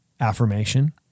affirmation